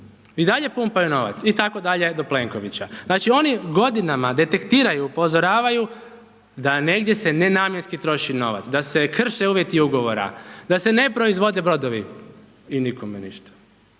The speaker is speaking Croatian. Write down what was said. i dalje pumpaju novac i tako dalje do Plenkovića. Znači ono godinama detektiraju, upozoravaju da negdje se nenamjenski troši novac, da se krše uvjeti ugovora, da se ne proizvode brodovi. I nikome ništa,